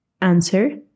Answer